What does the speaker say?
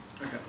Okay